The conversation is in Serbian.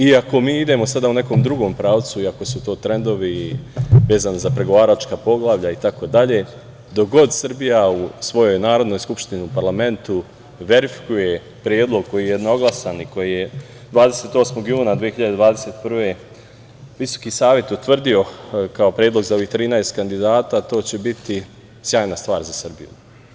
Iako mi idemo sada u nekom drugom pravcu, iako su to trendovi vezani za pregovaračka poglavlja itd, dok god Srbija u svojoj Narodnoj skupštini, u parlamentu verifikuje predlog koji je jednoglasan i koji je 28. juna 2021. godine VSS utvrdio kao predlog za ovih 13 kandidata, to će biti sjajna stvar za Srbiju.